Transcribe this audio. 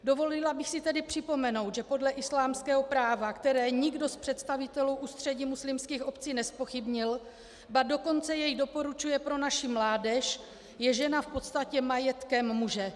Dovolila bych si tedy připomenout, že podle islámského práva, které nikdo z představitelů Ústředí muslimských obcí nezpochybnil, ba dokonce jej doporučuje pro naši mládež, je žena v podstatě majetkem muže.